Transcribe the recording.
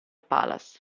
palace